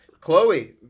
Chloe